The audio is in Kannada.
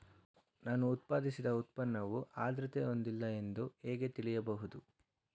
ನಾನು ಉತ್ಪಾದಿಸಿದ ಉತ್ಪನ್ನವು ಆದ್ರತೆ ಹೊಂದಿಲ್ಲ ಎಂದು ಹೇಗೆ ತಿಳಿಯಬಹುದು?